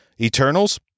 Eternals